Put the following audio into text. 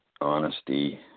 honesty